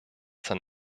sein